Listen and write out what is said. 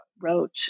wrote